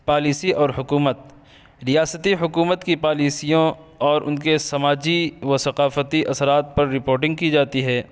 policy اور حکومت ریاستی حکومت کی پالیسیوں اور ان کے سماجی و ثقافتی اثرات پر رپورٹنگ کی جاتی ہے